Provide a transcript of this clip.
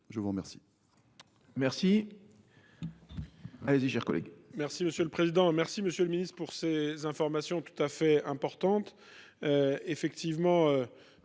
Je vous remercie